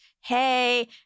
Hey